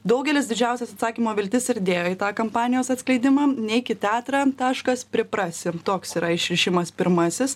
daugelis didžiausias atsakymo viltis ir dėjo į tą kampanijos atskleidimą neik į teatrą taškas priprasim toks yra išrišimas pirmasis